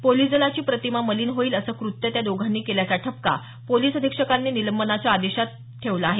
police दलाची प्रतिमा मलिन होईल असं कृत्य त्या दोघांनी केल्याचा ठपका पोलीस अधीक्षकांनी निलंबनाच्या आदेशात नमूद केला आहे